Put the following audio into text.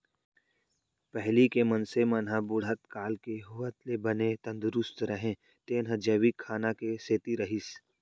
पहिली के मनसे मन ह बुढ़त काल के होवत ले बने तंदरूस्त रहें तेन ह जैविक खाना के सेती रहिस